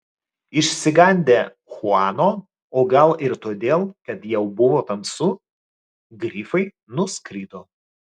išsigandę chuano o gal ir todėl kad jau buvo tamsu grifai nuskrido